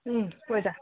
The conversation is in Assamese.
কৈ যা